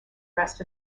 rest